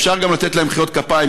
אפשר גם לתת להם מחיאות כפיים.